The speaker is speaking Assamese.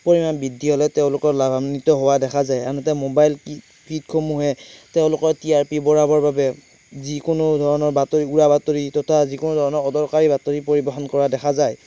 পৰিমাণ বৃদ্ধি হ'লে তেওঁলোকৰ লাভান্বিত হোৱা দেখা যায় আনহাতে ম'বাইল কী কীটসমূহে তেওঁলোকৰ টি আৰ পি বঢ়াবৰ বাবে যিকোনো ধৰণৰ বাতৰি উৰাবাতৰি তথা যিকোনো অদৰকাৰী বাতৰি পৰিৱেশন কৰা দেখা যায়